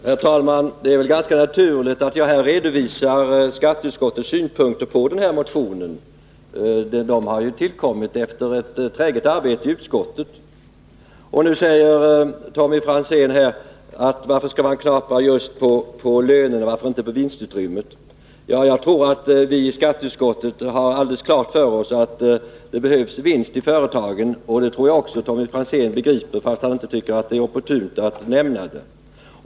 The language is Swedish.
Herr talman! Det är väl ganska naturligt att jag redovisar skatteutskottets synpunkter på motionen. De har ju tillkommit efter ett träget arbete i utskottet. Nu säger Tommy Franzén: Varför skall man knapra just på lönerna, varför inte på vinstutrymmet? Jag tror att vi i skatteutskottet har alldeles klart för oss att det behövs vinst i företagen. Det tror jag också Tommy Franzén begriper, fast han inte tycker att det är opportunt att nämna det.